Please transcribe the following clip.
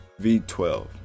V12